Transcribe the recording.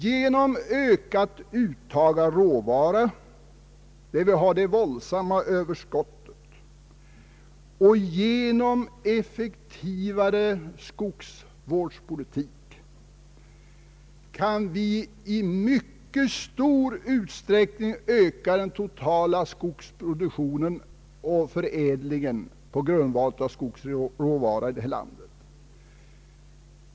Genom ökat uttag av råvara där vi har de stora överskotten och genom effektivare skogsvårdspolitik kan vi i mycket stor utsträckning öka den totala skogsproduktionen och förädlingen på grundval av skogsråvaran i detta land.